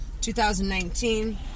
2019